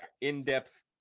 in-depth